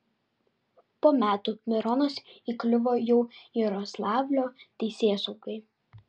po metų mironas įkliuvo jau jaroslavlio teisėsaugai